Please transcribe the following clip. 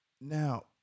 Now